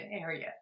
area